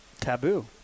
Taboo